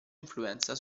influenza